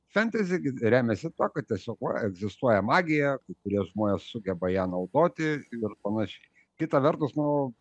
fentezi remiasi tuo kad tiesiog va egzistuoja magija kai kurie žmonės sugeba ją naudoti ir panašiai kita vertus nu